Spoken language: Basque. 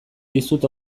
dizut